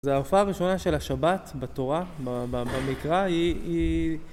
זה ההופעה הראשונה של השבת בתורה, במקרא היא